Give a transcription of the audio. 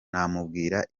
namubwira